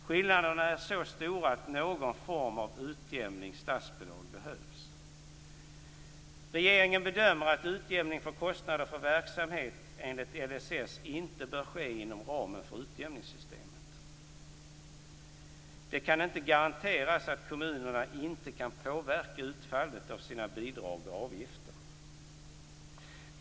Skillnaderna är så stora att någon form av utjämning och statsbidrag behövs. Regeringen bedömer att utjämning för kostnader för verksamhet enligt LSS inte bör ske inom ramen för utjämningssystemet. Det kan inte garanteras att kommunerna inte kan påverka utfallet av sina bidrag och avgifter.